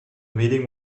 meeting